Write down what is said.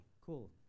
cool